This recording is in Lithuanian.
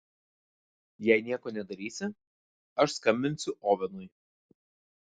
jei nieko nedarysi aš skambinsiu ovenui